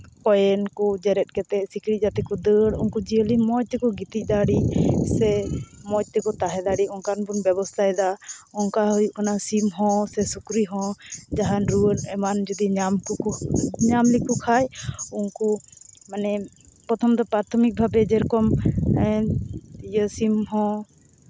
ᱠᱚᱭᱮᱱ ᱠᱚ ᱡᱮᱨᱮᱫ ᱠᱟᱛᱮᱫ ᱥᱤᱠᱲᱤᱡ ᱡᱟᱛᱮ ᱠᱚ ᱫᱟᱹᱲ ᱩᱱᱠᱩ ᱡᱤᱭᱟᱹᱞᱤ ᱢᱚᱡᱽ ᱛᱮᱠᱚ ᱜᱤᱛᱤᱡ ᱫᱟᱲᱮᱜ ᱥᱮ ᱢᱚᱡᱽ ᱛᱮᱠᱚ ᱛᱟᱦᱮᱸ ᱫᱟᱲᱮᱜ ᱚᱱᱠᱟᱱ ᱵᱚᱱ ᱵᱮᱵᱚᱥᱛᱷᱟᱭ ᱮᱫᱟ ᱚᱱᱠᱟ ᱦᱩᱭᱩᱜ ᱠᱟᱱᱟ ᱥᱤᱢ ᱦᱚᱸ ᱥᱮ ᱥᱩᱠᱨᱤ ᱦᱚᱸ ᱡᱟᱦᱟᱱ ᱨᱩᱣᱟᱹ ᱮᱢᱟᱱ ᱡᱩᱫᱤ ᱧᱟᱢ ᱞᱮᱠᱚ ᱠᱷᱟᱱ ᱩᱱᱠᱩ ᱢᱟᱱᱮ ᱯᱨᱚᱛᱷᱚᱢ ᱫᱚ ᱯᱨᱟᱛᱷᱤᱠ ᱵᱷᱟᱵᱮ ᱡᱮᱨᱚᱠᱢ ᱤᱭᱟᱹ ᱥᱤᱢ ᱦᱚᱸ